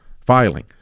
filing